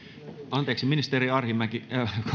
anteeksi ministeri arhinmäki korjaan